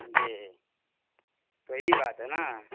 جی تو ای بات ہے نا